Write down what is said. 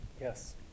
Yes